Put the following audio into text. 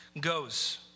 goes